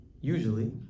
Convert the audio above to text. usually